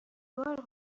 بار